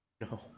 No